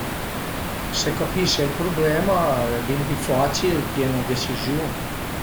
Se capise ël prublema al e bin pi facil pìé 'na deciziun